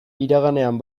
iraganean